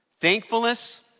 Thankfulness